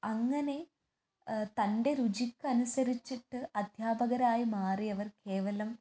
അങ്ങനെ തൻ്റെ രുചിക്കനുസരിച്ചിട്ട് അദ്ധ്യാപകരായി മാറിയവർ കേവലം